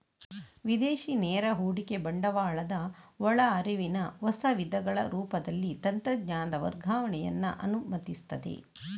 ವಿದೇಶಿ ನೇರ ಹೂಡಿಕೆ ಬಂಡವಾಳದ ಒಳ ಹರಿವಿನ ಹೊಸ ವಿಧಗಳ ರೂಪದಲ್ಲಿ ತಂತ್ರಜ್ಞಾನದ ವರ್ಗಾವಣೆಯನ್ನ ಅನುಮತಿಸ್ತದೆ